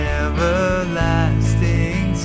everlasting